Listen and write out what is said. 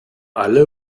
alle